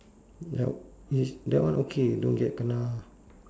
help is that one okay don't get kena